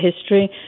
history